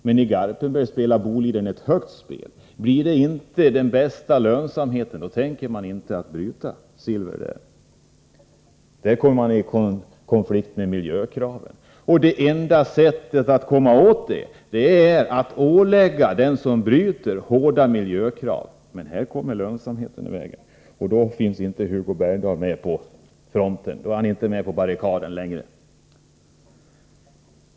Men i Garpenberg spelar Boliden ett högt spel. Blir det inte den bästa lönsamheten, tänker man inte bryta silver där. Man kommer där i konflikt med miljökraven. Det enda sättet att komma åt detta är att ålägga den som bryter att uppfylla hårda miljökrav. Men här kommer lönsamheten i vägen, och då finns inte Hugo Bergdahl med på barrikaderna längre.